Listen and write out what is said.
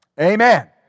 Amen